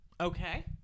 okay